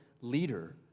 leader